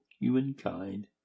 humankind